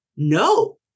No